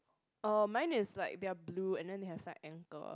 oh mine is like they are blue and they have side ankle